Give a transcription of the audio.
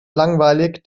langweilig